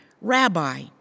Rabbi